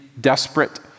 desperate